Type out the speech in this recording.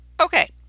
Okay